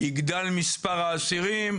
יגדל מספר האסירים